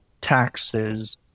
taxes